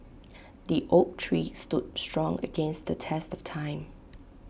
the oak tree stood strong against the test of time